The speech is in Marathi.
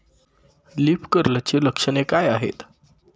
लीफ कर्लची लक्षणे काय आहेत?